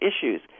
issues